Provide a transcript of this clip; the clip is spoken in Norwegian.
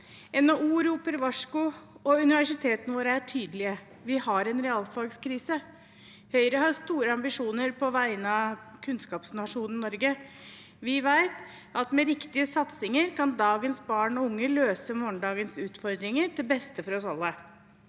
NHO roper varsko, og universitetene våre er tydelige: Vi har en realfagskrise. Høyre har store ambisjoner på vegne av kunnskapsnasjonen Norge. Vi vet at med riktige satsinger kan dagens barn og unge løse morgendagens utfordringer, til beste for oss alle.